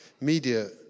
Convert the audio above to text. media